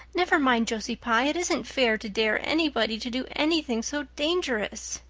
never mind josie pye. it isn't fair to dare anybody to do anything so dangerous.